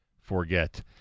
forget